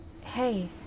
Hey